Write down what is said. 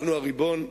אנחנו הריבון,